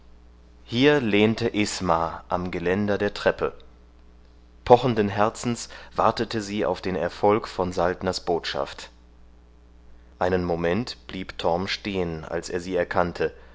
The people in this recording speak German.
hier lehnte isma am geländer der treppe pochenden herzens wartete sie auf den erfolg von saltners botschaft einen moment blieb torm stehen als er sie erkannte